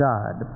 God